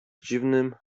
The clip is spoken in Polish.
dziwnym